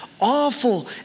awful